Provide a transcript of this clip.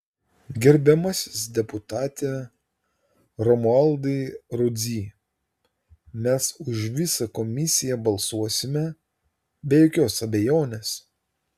gerbiamasis deputate romualdai rudzy mes už visą komisiją balsuosime be jokios abejonės